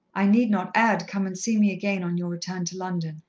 i need not add come and see me again on your return to london.